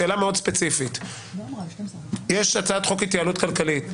שאלה מאוד ספציפית: יש הצעת חוק התייעלות כלכלית.